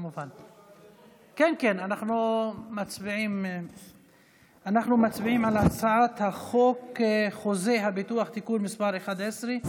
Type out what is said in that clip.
אנחנו מצביעים על הצעת חוק חוזה הביטוח (תיקון מס' 11),